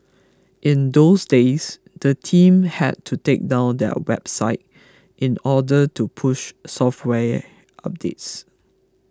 in those days the team had to take down their website in order to push software updates